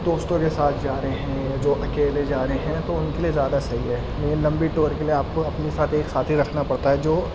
دوستوں کے ساتھ جا رہے ہیں یا جو اکیلے جا رہے ہیں تو ان کے لیے زیادہ صحیح ہے لیکن لمبی ٹور کے لیے آپ کو اپنے ساتھ ایک ساتھی رکھنا پڑتا ہے جو